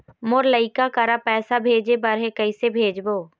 मोर लइका करा पैसा भेजें बर हे, कइसे भेजबो?